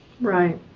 Right